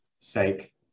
sake